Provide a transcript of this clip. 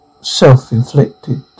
self-inflicted